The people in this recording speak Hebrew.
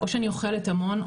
או שאני אוכלת המון,